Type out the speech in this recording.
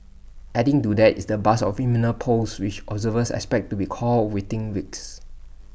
adding to that is the buzz of imminent polls which observers expect to be called within weeks